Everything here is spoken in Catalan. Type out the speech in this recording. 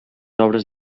obres